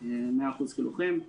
100% כלוחם.